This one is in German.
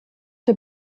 der